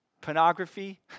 Pornography